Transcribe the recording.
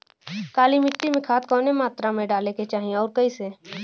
काली मिट्टी में खाद कवने मात्रा में डाले के चाही अउर कइसे?